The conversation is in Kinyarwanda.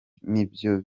nibyo